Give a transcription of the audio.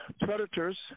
predators